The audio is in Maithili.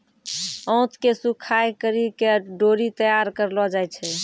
आंत के सुखाय करि के डोरी तैयार करलो जाय छै